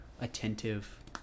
attentive